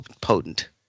potent